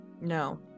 No